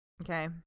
okay